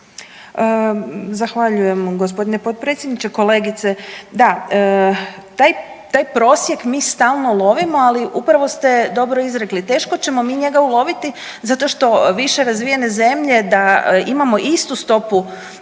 Zahvaljujem gospodine potpredsjedniče. Kolegice da, taj prosjek mi stalno lovimo, ali upravo ste dobro izrekli teško ćemo mi njega uloviti zato što više razvijene zemlje da imamo istu stopu